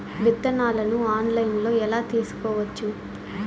విత్తనాలను ఆన్లైన్లో ఎలా తీసుకోవచ్చు